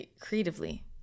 creatively